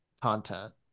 content